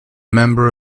member